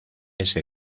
ese